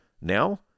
now